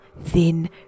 thin